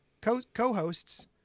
co-hosts